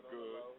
good